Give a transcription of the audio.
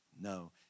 no